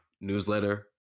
newsletter